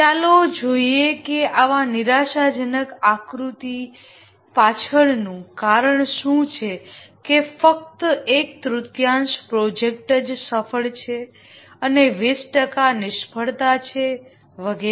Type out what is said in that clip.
ચાલો જોઈએ કે આવી નિરાશાજનક આકૃતિ પાછળનું કારણ શું છે કે ફક્ત એક તૃતીયાંશ પ્રોજેક્ટ જ સફળ છે અને 20 ટકા નિષ્ફળતા છે વગેરે